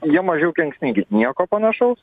jie mažiau kenksmingi nieko panašaus